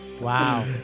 Wow